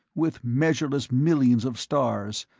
with measureless millions of stars,